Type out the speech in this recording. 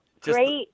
Great